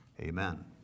Amen